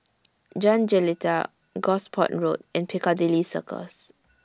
Jalan Jelita Gosport Road and Piccadilly Circus